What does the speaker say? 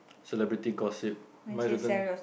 celebrity gossip mine written